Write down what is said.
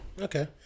Okay